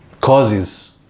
causes